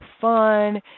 fun